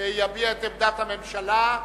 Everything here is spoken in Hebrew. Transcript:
יביע את עמדת הממשלה,